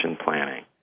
planning